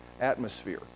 atmosphere